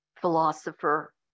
philosopher